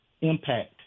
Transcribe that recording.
impact